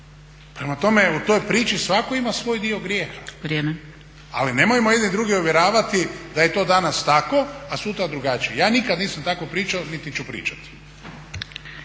Prema tome u toj priči svatko ima svoj dio grijeha, ali nemojmo jedni druge uvjeravati da je to danas tako, a sutra drugačije. Ja nikad nisam tako pričao, niti ću pričati.